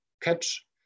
catch